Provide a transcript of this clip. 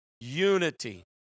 unity